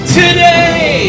today